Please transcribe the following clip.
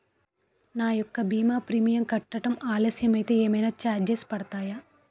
నా యెక్క భీమా ప్రీమియం కట్టడం ఆలస్యం అయితే ఏమైనా చార్జెస్ పడతాయా?